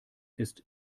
ist